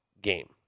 game